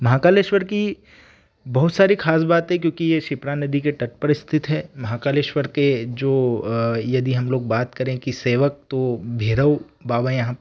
महाकालेश्वर की बहुत सारी ख़ास बात है क्योंकि ये शिप्रा नदी के तट पर स्थित है महाकालेश्वर के जो यदि हम लोग बात करें कि सेवक तो भैरव बाबा यहाँ पर